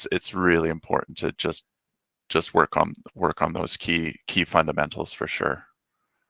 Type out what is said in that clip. it's really important to just just work on work on those key key fundamentals. for sure.